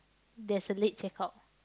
there's a late check-out